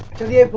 to the